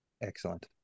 Excellent